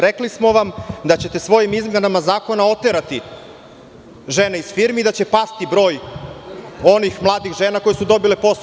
Rekli smo vam da ćete svojim izmenama zakona oterati žene iz firmi, da će pasti broj onih mladih žena koje su dobile posao.